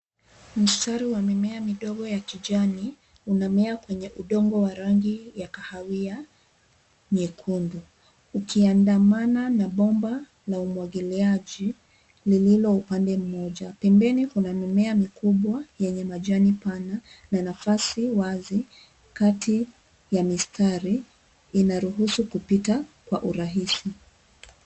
Mstari wa mimea midogo ya kijani unamea kwenye udongo wa rangi ya kahawia nyekundu ukiandamana na bomba la umwagiliaji lililo upande mmoja. Pembeni kuna mimea mikubwa yenye majani pana na nafasi wazi kati ya mistari, inaruhusu kupita kwa urahisi.